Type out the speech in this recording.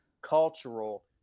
cultural